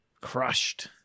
Crushed